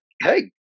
hey